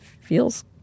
feels